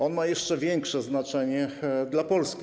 On ma jeszcze większe znaczenie dla Polski.